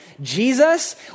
Jesus